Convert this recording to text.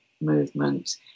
movement